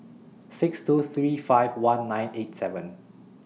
six two three five one nine eight seven